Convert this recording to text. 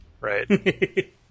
right